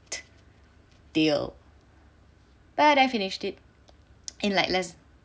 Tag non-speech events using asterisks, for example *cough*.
*noise* deal but I finished it in like less